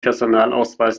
personalausweis